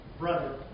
Brother